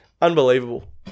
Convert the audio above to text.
unbelievable